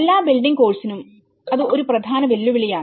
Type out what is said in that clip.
എല്ലാ ബിൽഡിംഗ് കോഴ്സിനും അത് ഒരു പ്രധാന വെല്ലുവിളിയാണ്